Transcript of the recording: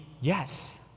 yes